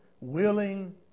willing